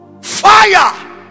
Fire